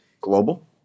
global